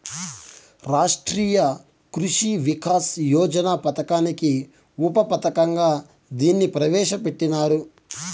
రాష్ట్రీయ కృషి వికాస్ యోజన పథకానికి ఉప పథకంగా దీన్ని ప్రవేశ పెట్టినారు